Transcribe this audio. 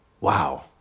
wow